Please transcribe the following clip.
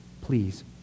Please